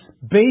based